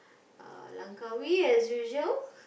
uh Langkawi as usual